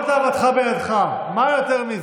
כל תאוותך בידך, מה יותר מזה?